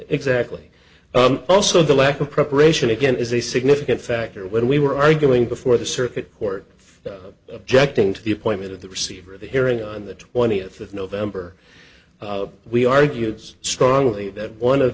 exactly also the lack of preparation again is a significant factor when we were arguing before the circuit court objecting to the appointment of the receiver of the hearing on the twentieth of november we argue it's strongly that one of